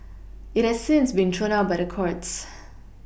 it has since been thrown out by the courts